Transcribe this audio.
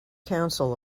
council